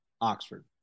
Oxford